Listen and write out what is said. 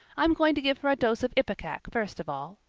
i'm going to give her a dose of ipecac first of all.